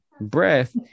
breath